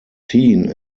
seen